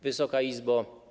Wysoka Izbo!